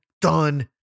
done